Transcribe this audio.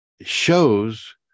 shows